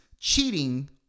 cheating